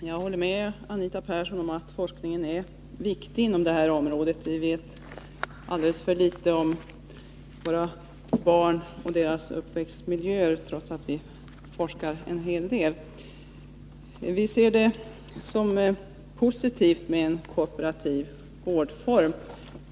Herr talman! Jag håller med Anita Persson om att forskningen på detta område är viktig. Vi vet alldeles för litet om våra barn och deras uppväxtmiljöer, trots att vi forskar en hel del. Vi ser det som positivt med en kooperativ vårdform.